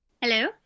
Hello